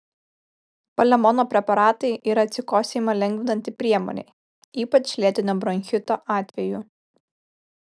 palemono preparatai yra atsikosėjimą lengvinanti priemonė ypač lėtinio bronchito atveju